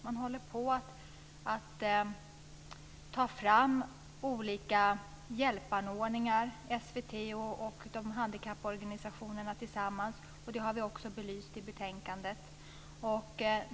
SVT och handikapporganisationerna håller tillsammans på att ta fram olika hjälpanordningar, vilket vi också har belyst i betänkandet.